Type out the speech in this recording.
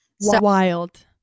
wild